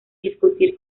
discutir